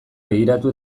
begiratu